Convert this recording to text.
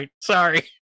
Sorry